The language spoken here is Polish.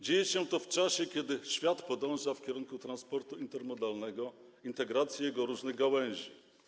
Dzieje się to w czasie, kiedy świat podąża w kierunku transportu intermodalnego, integracji jego różnych gałęzi.